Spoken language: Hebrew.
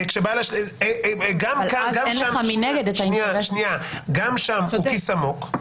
גם כאן וגם שם הוא כיס עמוק,